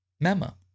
memo